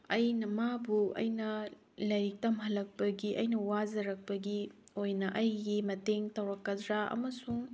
ꯑꯩꯅ ꯃꯥꯕꯨ ꯑꯩꯅ ꯂꯥꯏꯔꯤꯛ ꯇꯝꯍꯜꯂꯛꯄꯒꯤ ꯑꯩꯅ ꯋꯥꯖꯔꯛꯄꯒꯤ ꯑꯣꯏꯅ ꯑꯩꯒꯤ ꯃꯇꯦꯡ ꯇꯧꯔꯛꯀꯗ꯭ꯔꯥ ꯑꯃꯁꯨꯡ